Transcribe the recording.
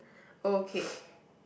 okay